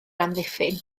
amddiffyn